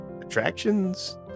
attractions